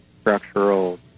structural